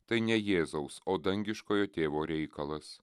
tai ne jėzaus o dangiškojo tėvo reikalas